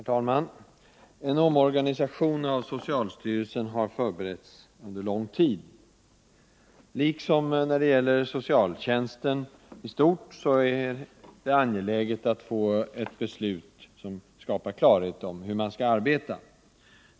Herr talman! En omorganisation av socialstyrelsen har förberetts under lång tid. Liksom när det gäller socialtjänsten i stort är det angeläget att få ett beslut som skapar klarhet om hur man skall arbeta.